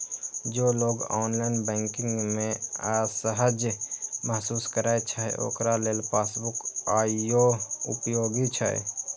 जे लोग online banking मे असहज महसूस करै छै, ओकरा लेल पासबुक आइयो उपयोगी छै